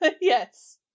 Yes